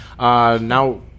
Now